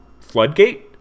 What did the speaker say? Floodgate